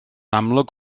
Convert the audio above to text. amlwg